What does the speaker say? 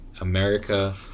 America